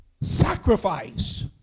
sacrifice